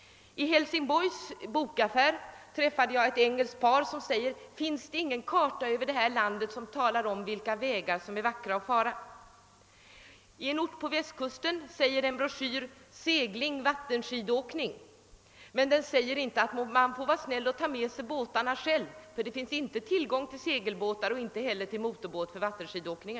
I en bokhandel i Hälsingborg träffade jag ett engelskt par som frågade: Finns det ingen karta över det här landet som visar vilka resvägar som är vackra? En broschyr från en ort på Västkusten talar om segling och vattenskidåkning, men den säger inte att man får vara snäll och ta med sig båten själv, ty där finns inte tillgång till segelbåtar och inte heller till motorbåtar för vattenskidåkning.